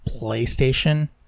PlayStation